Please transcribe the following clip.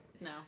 No